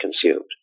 consumed